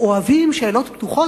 אוהבים שאלות פתוחות,